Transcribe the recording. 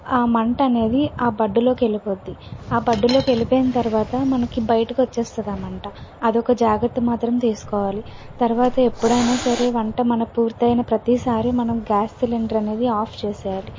ఆ మంట అనేది ఆ బడ్లోకెళ్ళిపోతుంది ఆ బడ్లోకెళ్ళిపోయిన తర్వాత మనకు బయటకు వచ్చేస్తుంది ఆ మంట అదొక జాగ్రత్త మాత్రం తీసుకోవాలి తర్వాత ఎప్పుడైనా సరే వంట మనకు పూర్తయిన ప్రతిసారి మనం గ్యాస్ సిలిండర్ అనేది ఆఫ్ చేసేయాలి